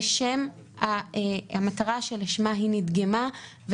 לשם המטרה שלשמה היא נדגמה,